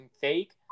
fake